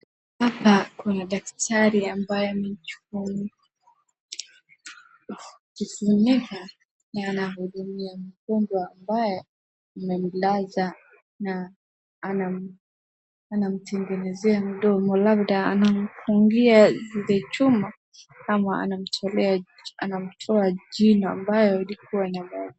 Hapa kuna daktari ambaye amechukua kifuniko na anamhudumia mgonjwa ambaye amemlaza na anamtegenezea mdomo labda anamfungia zile chuma ama anamtoa jino ilikuwa na maradhi.